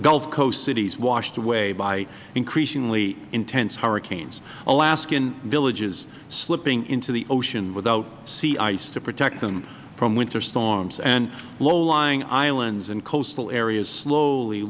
gulf coast cities washed away by increasingly intense hurricanes alaskan villages slipping into the ocean without sea ice to protect them from winter storms and low lying islands and coastal areas slowly